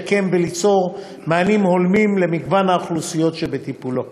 לשקם וליצור מענים הולמים למגוון האוכלוסיות שבטיפולו.